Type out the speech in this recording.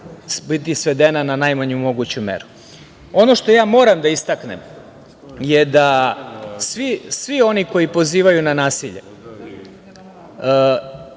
biti svedena na najmanju moguću meru. Ono što moram da istaknem je da svi oni koji pozivaju na nasilje,